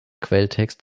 quelltext